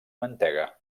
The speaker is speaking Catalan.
mantega